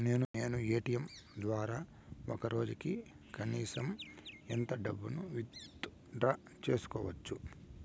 నేను ఎ.టి.ఎం ద్వారా ఒక రోజుకి కనీసం ఎంత డబ్బును విత్ డ్రా సేసుకోవచ్చు?